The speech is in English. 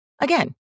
Again